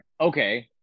okay